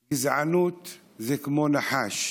גזענות זה כמו נחש.